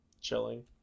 chilling